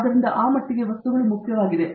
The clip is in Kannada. ಆದ್ದರಿಂದ ಆ ಮಟ್ಟಿಗೆ ವಸ್ತುಗಳು ಮುಖ್ಯವಾಗಿದೆ